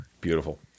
Beautiful